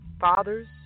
Fathers